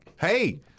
Hey